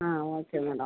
ah okay madam